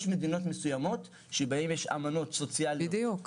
יש מדינות מסוימות שבהן יש אמנות סוציאליות -- בדיוק.